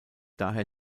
daher